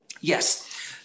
Yes